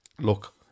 look